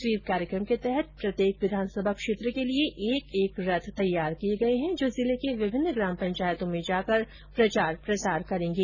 SVEEP कार्यक्रम के अन्तर्गत प्रत्येक विधानसभा क्षेत्र के लिए एक एक रथ तैयार किए गए है जो जिले के विभिन्न ग्राम पंचायतों में जाकर प्रचार प्रसार करेंगे